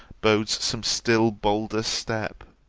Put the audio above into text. bodes some still bolder step.